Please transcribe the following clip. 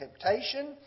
temptation